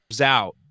out